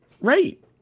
right